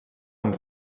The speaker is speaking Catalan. amb